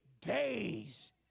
days